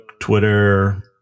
Twitter